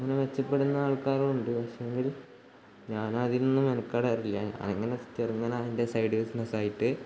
അങ്ങനെ മെച്ചപ്പെടുന്ന ആൾക്കാരും ഉണ്ട് പക്ഷേങ്കിൽ ഞാനതിനൊന്നും മെനക്കെടാറില്ല ഞാനിങ്ങനെ ചെറുങ്ങനെ അത് എന്റെ സൈഡ് ബിസിനസ്സ് ആയിട്ട്